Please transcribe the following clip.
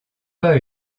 pas